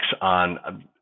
on